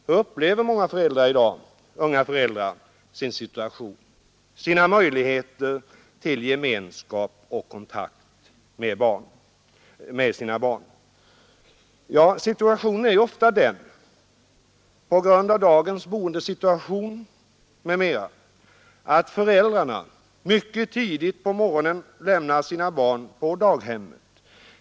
Hur upplever unga föräldrar i dag sin situation, sina möjligheter till gemenskap och kontakt med sina barn? Situationen är ju ofta den, på grund av dagens boendeförhållanden m.m., att föräldrarna mycket tidigt på morgonen lämnar sina barn på daghemmet.